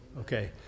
Okay